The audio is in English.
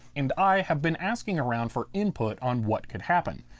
and i have been asking around for input on what could happen.